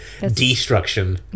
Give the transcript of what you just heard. destruction